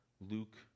Luke